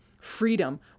Freedom